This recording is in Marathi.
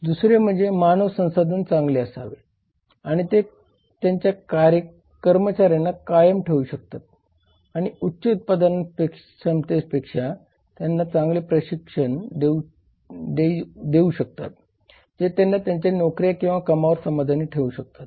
दुसरे म्हणजे मानव संसाधन चांगले असावे आणि ते त्यांच्या कर्मचाऱ्यांना कायम ठेवू शकतात आणि उच्च उत्पादनक्षमतेसाठी त्यांना चांगले प्रशिक्षित ठेवू शकतात जे त्यांना त्यांच्या नोकऱ्या आणि कामावर समाधानी ठेवू शकतात